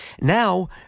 Now